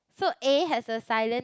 so A has a silent